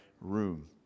room